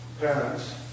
parents